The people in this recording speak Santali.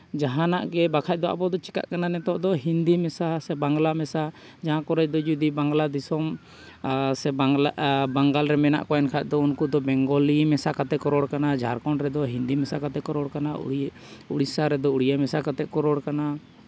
ᱡᱟᱦᱟᱱᱟᱜ ᱜᱮ ᱵᱟᱠᱷᱟᱱ ᱟᱵᱚ ᱫᱚ ᱪᱤᱠᱟᱹᱜ ᱠᱟᱱᱟ ᱱᱤᱛᱳᱜ ᱫᱚ ᱦᱤᱱᱫᱤ ᱢᱮᱥᱟ ᱥᱮ ᱵᱟᱝᱞᱟ ᱢᱮᱥᱟ ᱡᱟᱦᱟᱸ ᱠᱚᱨᱮ ᱫᱚ ᱡᱩᱫᱤ ᱵᱟᱝᱞᱟ ᱫᱤᱥᱚᱢ ᱟᱨ ᱥᱮ ᱵᱟᱝᱞᱟ ᱵᱟᱝᱜᱟᱞ ᱨᱮ ᱢᱮᱱᱟᱜ ᱠᱚᱣᱟ ᱮᱱᱠᱷᱟᱱ ᱫᱚ ᱩᱱᱠᱩ ᱫᱚ ᱵᱮᱝᱜᱚᱞᱤ ᱢᱮᱥᱟ ᱠᱟᱛᱮᱫ ᱠᱚ ᱨᱚᱲ ᱠᱟᱱᱟ ᱡᱷᱟᱨᱠᱷᱚᱸᱰ ᱨᱮᱫᱚ ᱦᱤᱱᱫᱤ ᱢᱮᱥᱟ ᱠᱟᱛᱮᱫ ᱠᱚ ᱨᱚᱲ ᱠᱟᱱᱟ ᱳᱲᱤᱭᱟ ᱩᱲᱤᱥᱥᱟ ᱨᱮᱫᱚ ᱳᱲᱤᱭᱟ ᱢᱮᱥᱟ ᱠᱟᱛᱮᱫ ᱠᱚ ᱨᱚᱲ ᱠᱟᱱᱟ